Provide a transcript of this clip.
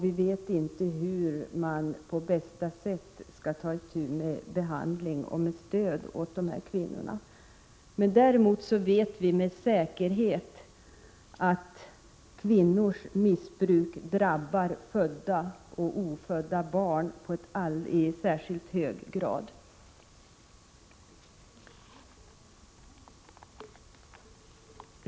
Vi vet inte heller hur man på bästa sätt skall ta itu med behandling av och stöd till de här kvinnorna. Däremot vet vi med säkerhet att kvinnors missbruk drabbar både födda och ofödda barn i särskilt hög grad.